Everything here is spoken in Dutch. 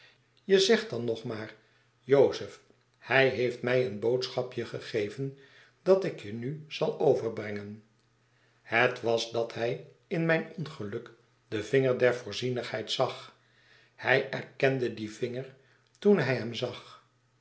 je zegt dan nog maar jozef hij heeft mij een boodschapje gegeven dat ik jenuzaloverbrengen het was dat hij in mijn ongelukden vinger der voorzienigheid zag hij erkende dien vinger toen hij hem zag